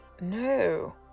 no